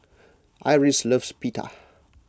Iris loves Pita